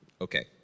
okay